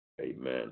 Amen